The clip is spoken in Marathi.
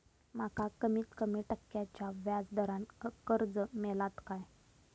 माका कमीत कमी टक्क्याच्या व्याज दरान कर्ज मेलात काय?